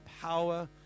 power